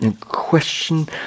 question